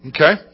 Okay